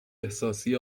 احساسی